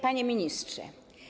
Panie Ministrze!